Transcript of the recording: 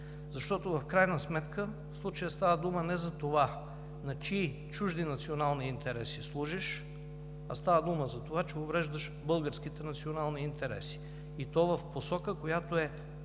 Защото в крайна сметка в случая става дума не за това на чии чужди национални интереси служиш, а става дума за това, че увреждаш българските национални интереси, и то в посока, която е